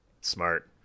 smart